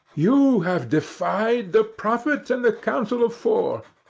you have defied the prophet and the council of four.